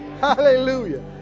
Hallelujah